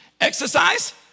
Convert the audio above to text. exercise